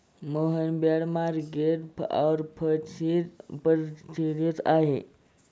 Rohan bond market ऑफर्सशी परिचित आहे